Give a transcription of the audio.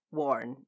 worn